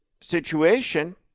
situation